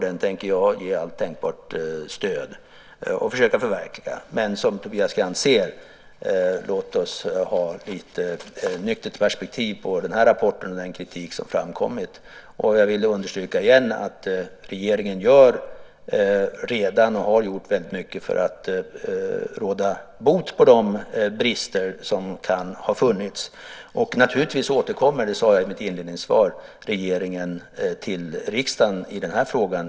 Den tänker jag ge allt tänkbart stöd och försöka förverkliga, men som Tobias Krantz säger: Låt oss ha ett lite nyktert perspektiv på den här rapporten och på den kritik som har framkommit. Jag vill understryka igen att regeringen redan gör och har gjort rätt mycket för att råda bot på de brister som kan ha funnits. Naturligtvis återkommer regeringen, som jag sade i mitt inledande svar, till riksdagen i den här frågan.